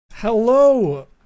Hello